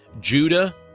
Judah